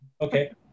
Okay